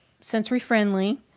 sensory-friendly